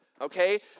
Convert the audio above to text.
okay